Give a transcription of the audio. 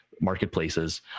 marketplaces